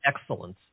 excellence